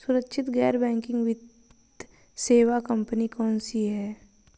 सुरक्षित गैर बैंकिंग वित्त सेवा कंपनियां कौनसी हैं?